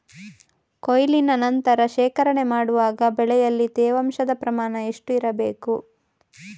ಕೊಯ್ಲಿನ ನಂತರ ಶೇಖರಣೆ ಮಾಡುವಾಗ ಬೆಳೆಯಲ್ಲಿ ತೇವಾಂಶದ ಪ್ರಮಾಣ ಎಷ್ಟು ಇರಬೇಕು?